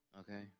Okay